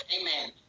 Amen